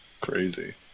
Crazy